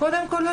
קודם כול,